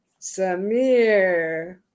Samir